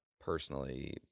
personally